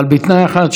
אבל בתנאי אחד,